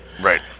Right